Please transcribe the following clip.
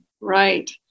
right